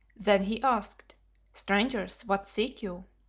then he asked strangers, what seek you?